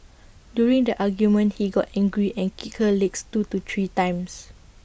during the argument he got angry and kicked her legs two to three times